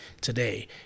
today